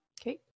Okay